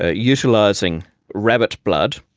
ah utilising rabbit blood,